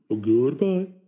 goodbye